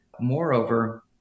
Moreover